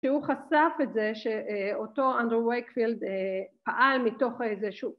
שהוא חשף את זה שאותו אנדרו וייקפילד פעל מתוך איזה שוק